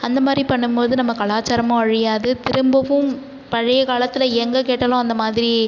அந்த மாதிரி பண்ணும் போது நம்ம கலாச்சாரமும் அழியாது திரும்பவும் பழைய காலத்தில் எங்கே கேட்டாலும் அந்த மாதிரி